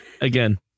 Again